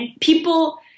people